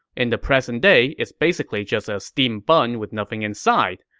in the present day, it's basically just a steamed bun with nothing inside.